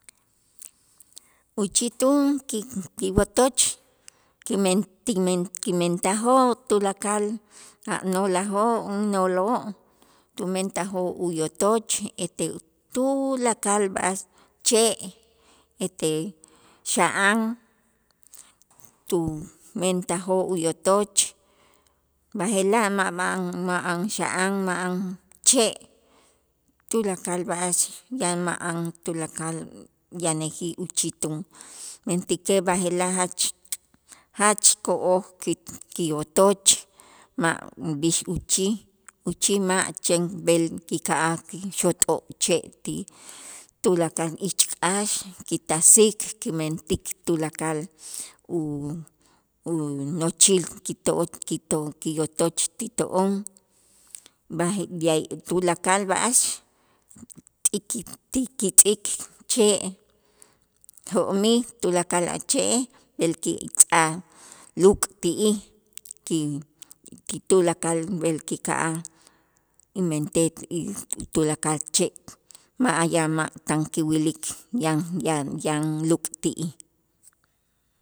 Uchitun ki kiwotoch kimen ti men kimentajoo' tulakal a' noolajoo', noloo' tumentajoo' uyotoch ete tulakal b'a'ax che' ete xa'an tumentajoo' uyotoch, b'aje'laj ma' ma'an ma'an xa'an, ma'an che', tulakal b'a'ax yan ma'an tulakal yanäjij uchitun, mentäkej b'aje'laj jach jach ko'oj ki'-ki'otoch ma' b'ix uchij, uchij ma' chen b'el kika'aj kixot'o' che' ti tulakal ich k'aax kitasik kimentik tulakal u- unochil kito kito kiyotoch ti to'on b'aje de ay tulakal b'a'ax ti kitz'ik che' jo'mij tulakal a' che'ej b'el ki tz'aj luk' ti'ij ki tulakal b'el kika'aj inmentej tulakal che' ma'an ya ma' tan kiwilik yan ya- yan luk' ti'ij.